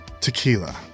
Tequila